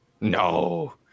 No